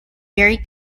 very